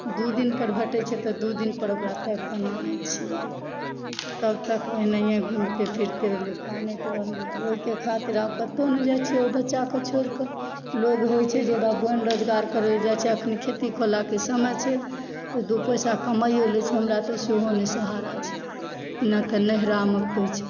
दू दिन पर भेटै छै दू दिन पर ओकरा ताकि कऽ आनै छी तबतक ओनाहिये घूमिते फिरते रहलहुॅं कानैत रहलहुॅं आब ओहिके खातिर आब कतौ नहि जाइ छी ओहि बच्चाके छोड़ि कऽ लोक रहै छै जे बन रोजगार करै लए जाइ छै अखन खेती केलक किसान छै दू पैसा कमाइयो लै छै हमरा तऽ सेहो नहि सहारा छै ने तऽ नैहिरामे कोइ छै